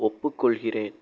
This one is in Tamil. ஒப்புக்கொள்கிறேன்